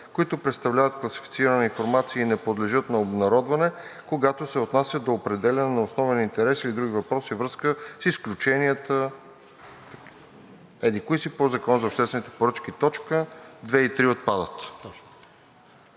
които представляват класифицирана информация и не подлежат на обнародване, когато се отнася до определяне на основен интерес или други въпроси във връзка с изключенията – еди-кои си – по Закона за обществените поръчки“. Точки 2 и 3 отпадат.